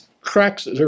cracks